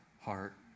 heart